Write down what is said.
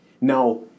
Now